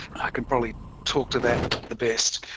i can probably talk to that the best.